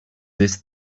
this